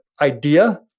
idea